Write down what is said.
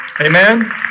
Amen